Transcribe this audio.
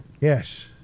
Yes